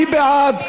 מי בעד?